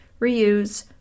reuse